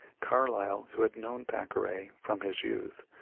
carlyle, who had known thackeray from his youth,